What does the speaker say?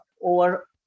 Over